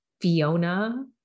Fiona